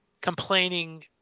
complaining